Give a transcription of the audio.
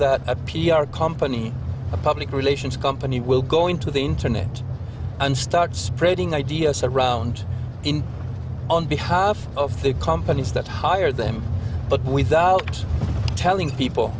that a p r company a public relations company will go into the internet and start spreading ideas around in on behalf of the companies that hire them but without telling people